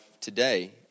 today